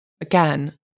again